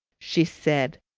she said,